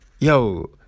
Yo